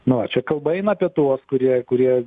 nu va čia kalba eina apie tuos kurie kurie